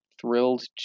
thrilled